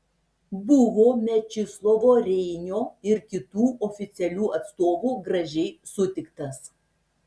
buvo mečislovo reinio ir kitų oficialių atstovų gražiai sutiktas